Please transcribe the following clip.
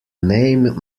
name